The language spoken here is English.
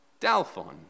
Dalphon